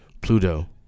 Pluto